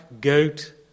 goat